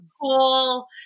cool